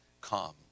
come